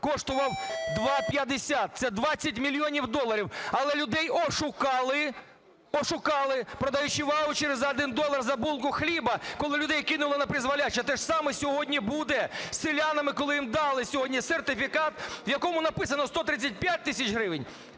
коштував 2,50 – це 20 мільйонів доларів. Але людей ошукали, ошукали, продаючи ваучери за один долар, за булку хліба, коли людей кинули напризволяще. Теж саме сьогодні буде з селянами, коли їм дали сьогодні сертифікат, в якому написано 135 тисяч гривень